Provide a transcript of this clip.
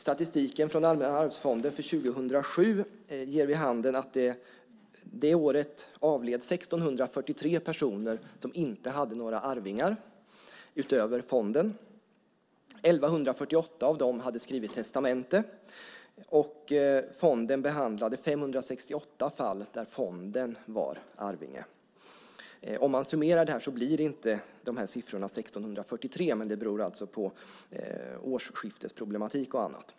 Statistiken från Allmänna arvsfonden för 2007 ger vid handen att det året avled 1 643 som inte hade några arvingar utöver fonden. 1 148 av dem hade skrivit testamente. Fonden behandlade 568 fall där fonden var arvinge. Om man summerar det här blir det inte 1 643, men det beror på årsskiftesproblematik och annat.